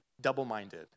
double-minded